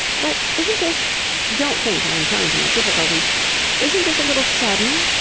but isn't this don't think i am trying to make difficulties isn't this a little sudden?